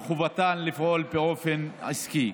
וחובתן לפעול באופן עסקי.